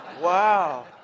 Wow